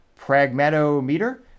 Pragmatometer